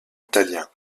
italiens